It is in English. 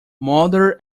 mother